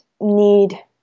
need